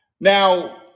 Now